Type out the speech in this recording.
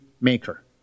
maker